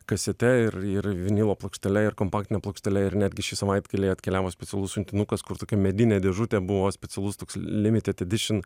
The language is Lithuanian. kasete ir ir vinilo plokštele ir kompaktine plokštele ir netgi šį savaitgalį atkeliavo specialus siuntinukas kur tokia medinė dėžutė buvo specialus toks limited edition